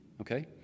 Okay